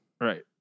Right